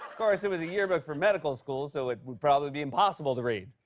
course, it was a yearbook for medical school, so it would probably be impossible to read.